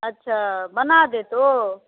अच्छा बना देत ओ